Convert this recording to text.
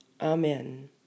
Amen